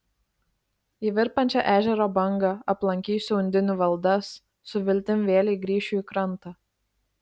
į virpančią ežero bangą aplankysiu undinių valdas su viltim vėlei grįšiu į krantą